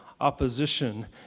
opposition